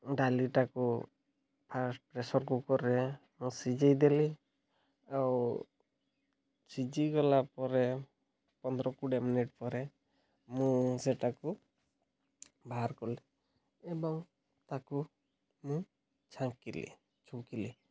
ଡାଲିଟାକୁ first pressure କୁକର୍ରେ ମୁଁ ସିଝାଇ ଦେଲି ଆଉ ସିଝିଗଲା ପରେ ପନ୍ଦର କୋଡ଼ିଏ ମିନିଟ ପରେ ମୁଁ ସେଟାକୁ ବାହାର କଲି ଏବଂ ତାକୁ ମୁଁ ଛାଙ୍କିଲି ଛୁଙ୍କିଲି